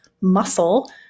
muscle